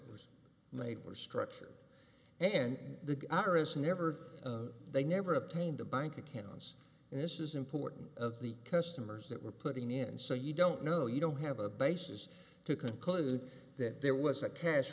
was made were structured and the garrison never they never obtained the bank accounts and this is important of the customers that we're putting in so you don't know you don't have a basis to conclude that there was a cash